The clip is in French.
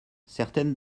certaines